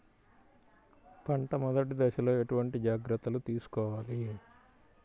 పంట మెదటి దశలో ఎటువంటి జాగ్రత్తలు తీసుకోవాలి?